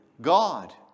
God